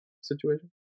situation